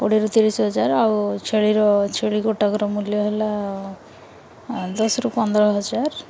କୋଡ଼ିଏରୁ ତିରିଶ ହଜାର ଆଉ ଛେଳିର ଛେଳି ଗୋଟାକର ମୂଲ୍ୟ ହେଲା ଦଶରୁ ପନ୍ଦର ହଜାର